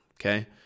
okay